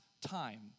time